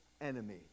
enemy